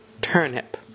Turnip